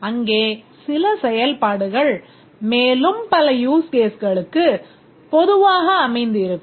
அங்கே சில செயல்பாடுகள் மேலும் பல use caseகளுக்குப் பொதுவாக அமைந்திருக்கும்